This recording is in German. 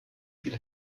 viel